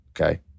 Okay